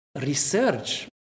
research